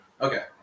Okay